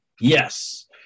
Yes